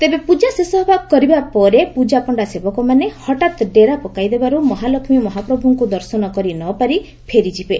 ତେବେ ପୂଜା ଶେଷ କରିବା ପରେ ପୂଜାପଣ୍ଡା ସେବକମାନେ ହଠାତ୍ ଡେରା ପକାଇଦେବାରୁ ମହାଲକ୍ଷୀ ମହାପ୍ରଭୁଙ୍କୁ ଦର୍ଶନ କରିନପାରି ଫେରିଯିବେ